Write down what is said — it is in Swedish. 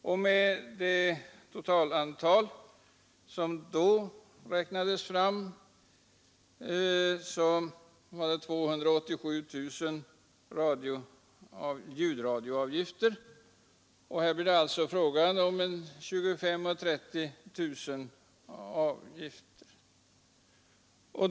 Det totala antal ljudradioavgifter som då räknades fram var 287 000. Här blir det alltså fråga om 25 000-30 000 avgifter.